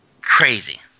crazy